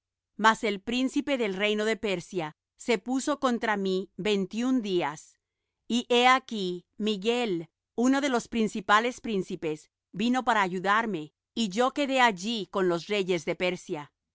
mas el príncipe del reino de persia se puso contra mí veintiún días y he aquí miguel uno de los principales príncipes vino para ayudarme y yo quedé allí con los reyes de persia